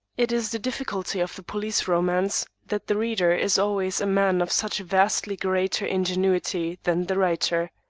it is the difficulty of the police romance, that the reader is always a man of such vastly greater ingenuity than the writer.